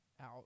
out